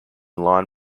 line